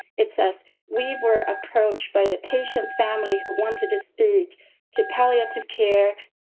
it says we were approached by the patient's family wanted to speak to palliative care.